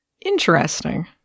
Interesting